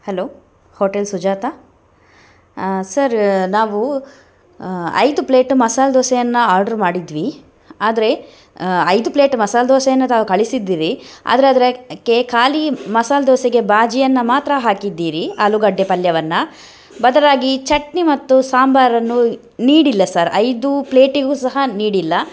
hello hotel Sujatha sir ನಾವು ಐದು plate masala ದೋಸೆಯನ್ನು ಆರ್ಡ್ರು ಮಾಡಿದ್ವಿ ಆದರೆ ಐದು ಪ್ಲೇಟ್ ಮಸಾಲ ದೋಸೆಯನ್ನು ತಾವು ಕಳಿಸಿದ್ರಿ ಆದರೆ ಅದರ ಕೆ ಖಾಲಿ ಮಸಾಲ ದೋಸೆಗೆ ಬಾಜಿಯನ್ನು ಮಾತ್ರ ಹಾಕಿದ್ದೀರಿ ಆಲೂಗಡ್ಡೆ ಪಲ್ಯವನ್ನು ಬದಲಾಗಿ ಚಟ್ನಿ ಮತ್ತು ಸಾಂಬಾರನ್ನು ನೀಡಿಲ್ಲ ಸರ್ ಐದು ಪ್ಲೇಟಿಗು ಸಹ ನೀಡಿಲ್ಲ